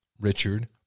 Richard